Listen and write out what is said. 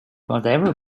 whatever